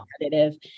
competitive